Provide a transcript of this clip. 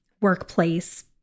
workplace